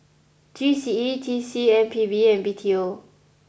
G C E T C M P B and B T O